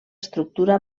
estructura